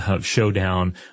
showdown